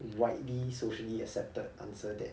widely socially accepted answer that